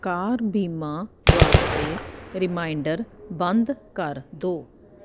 ਕਾਰ ਬੀਮਾ ਵਾਸਤੇ ਰੀਮਾਇਨਡਰ ਬੰਦ ਕਰ ਦੋ